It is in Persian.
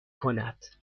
کند